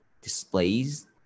displays